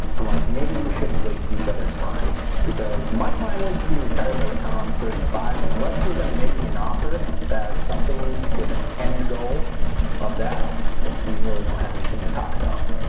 um like maybe we shouldn't waste each other's time because my plan is to be retired by the time i'm thirty five and unless you're going to make me an offer that something with an end goal of that like we really don't have anything to talk about.